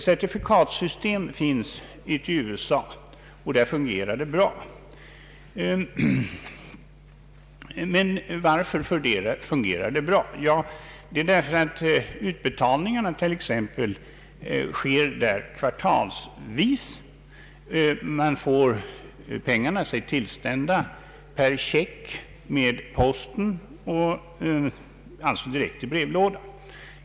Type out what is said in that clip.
Certifikatsystem finns i USA, och där fungerar det bra. Men varför fungerar det bra? Jo, därför att utbetalningarna sker kvartalsvis. Man får pengarna sig tillsända per check med posten, alltså direkt i brevlådan.